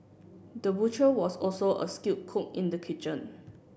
the butcher was also a skilled cook in the kitchen